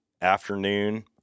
afternoon